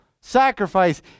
sacrifice